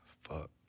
Fuck